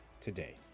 today